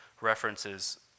references